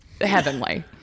heavenly